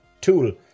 Tool